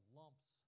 lumps